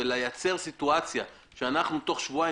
ולייצר סיטואציה שבה אנחנו תוך שבועיים